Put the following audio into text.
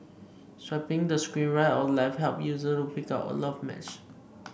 swiping the screen right or left helps users pick out a love match